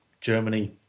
Germany